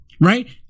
right